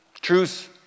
truth